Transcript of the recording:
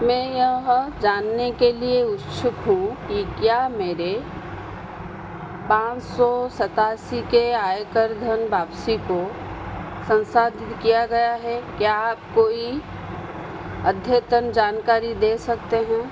मैं यह जानने के लिए उत्सुक हूँ कि क्या मेरे पाँच सौ सत्तासी के आयकर धन वापसी को संसाधित किया गया है क्या आप कोई अद्यतन जानकारी दे सकते हैं